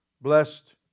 Blessed